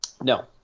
No